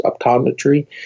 optometry